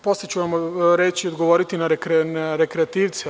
Posle ću vam odgovoriti na rekreativce.